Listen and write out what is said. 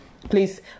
please